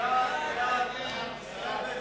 מסדר-היום